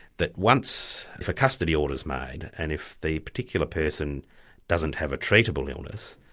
that once if a custody order is made and if the particular person doesn't have a treatable illness,